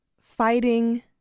fighting